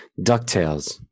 DuckTales